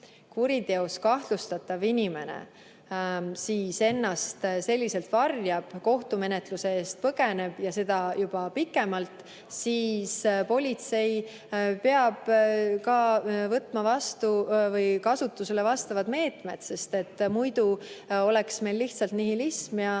kuriteos kahtlustatav inimene ennast selliselt varjab, kohtumenetluse eest põgeneb ja seda juba pikemalt, siis politsei peab võtma kasutusele vastavad meetmed, sest muidu oleks meil nihilism ja